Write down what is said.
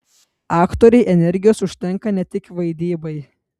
aktorei energijos užtenka ne tik vaidybai